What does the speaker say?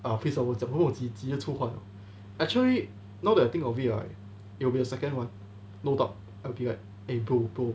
ah please lah 我讲什么我挤得出话的 actually now that I think of it right it will be the second one no doubt I'll be like eh bro bro